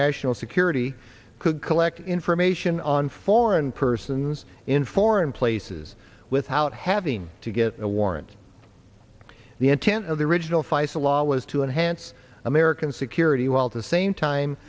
national security could collect information on foreign persons in foreign places without having to get a warrant the intent of the original faisel law was to enhance american security while the same time